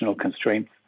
constraints